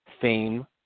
fame